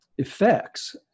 effects